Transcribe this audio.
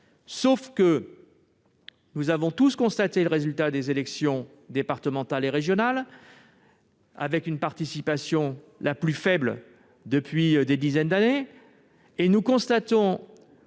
Toutefois, nous avons tous constaté le résultat des élections départementales et régionales, avec la participation la plus faible depuis des dizaines d'années. Nous observons,